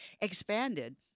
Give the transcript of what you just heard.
expanded